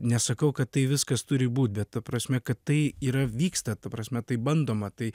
nesakau kad tai viskas turi būt ta prasme kad tai yra vyksta ta prasme tai bandoma tai